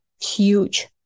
huge